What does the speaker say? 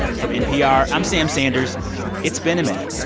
from npr, i'm sam sanders it's been a minute.